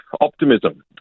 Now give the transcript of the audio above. optimism